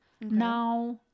Now